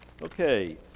Okay